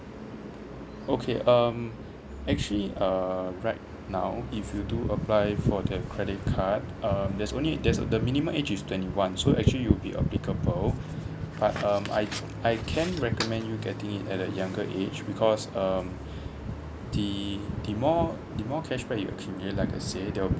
okay um actually err right now if you do apply for that credit card um there's only there's the minimum age is twenty one so actually you be applicable but um I I can recommend you getting it at a younger age because um the the more the more cashback you accumulate like I say there'll be